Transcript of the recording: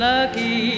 Lucky